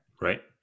Right